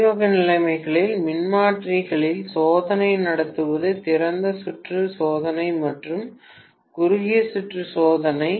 ஆய்வக நிலைமைகளில் மின்மாற்றியில் சோதனை நடத்துவது திறந்த சுற்று சோதனை மற்றும் குறுகிய சுற்று சோதனை